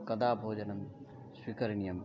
कदा भोजनं स्वीकरणीयम्